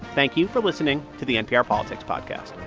thank you for listening to the npr politics podcast